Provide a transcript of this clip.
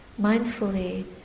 mindfully